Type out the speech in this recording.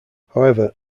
however